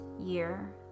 year